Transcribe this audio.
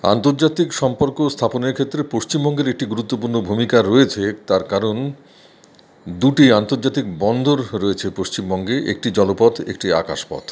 আন্তর্জাতিক সম্পর্ক স্থাপনের ক্ষেত্রে পশ্চিমবঙ্গের একটি গুরুত্বপূর্ণ ভূমিকা রয়েছে তার কারণ দুটি আন্তর্জাতিক বন্দর রয়েছে পশ্চিমবঙ্গে একটি জলপথ একটি আকাশপথ